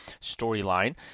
storyline